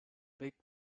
big